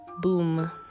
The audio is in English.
Boom